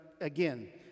again